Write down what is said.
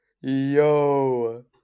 Yo